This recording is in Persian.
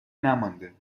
نمانده